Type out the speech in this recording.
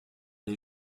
les